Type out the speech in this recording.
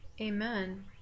Amen